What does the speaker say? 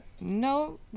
No